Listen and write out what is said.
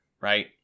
Right